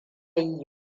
yi